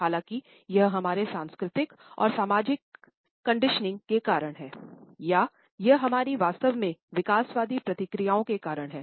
हालाँकि यह हमारे सांस्कृतिक और सामाजिक कंडीशनिंग के कारण है या यह हमारी वास्तव में विकासवादी प्रक्रियाओं के कारण है